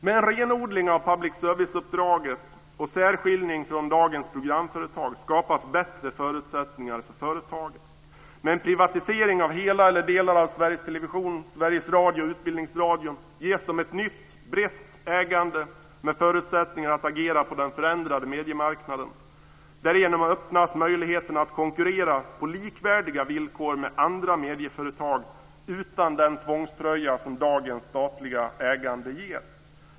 Med en renodling av public service-uppdraget och en särskiljning från dagens programföretag skapas bättre förutsättningar för företagen. Med en privatisering av hela eller delar av Sveriges Television, Sveriges Radio och Utbildningsradion ges dessa ett nytt brett ägande med förutsättningar att agera på den förändrade mediemarknaden. Därigenom öppnas möjligheten att konkurrera på likvärdiga villkor med andra medieföretag utan den tvångströja som dagens statliga ägande ger.